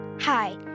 Hi